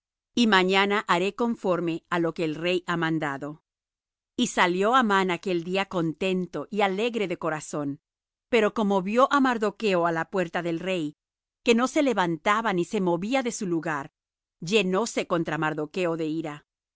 y mañana haré conforme á lo que el rey ha mandado y salió amán aquel día contento y alegre de corazón pero como vió á mardocho á la puerta del rey que no se levantaba ni se movía de su lugar llenóse contra mardocho de ira